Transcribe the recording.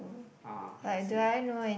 ah I see